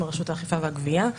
מרשות האכיפה והגבייה.